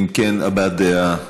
אם כן, הבעת דעה.